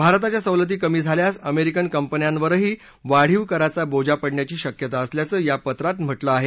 भारताच्या सवलती कमी झाल्यास अमेरिकन कंपन्यांवरही वाढीव कराचा बोजा पडण्याची शक्यता असल्याचं या पत्रात म्हटलं आहे